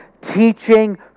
teaching